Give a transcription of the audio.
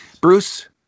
Bruce